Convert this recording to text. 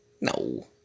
no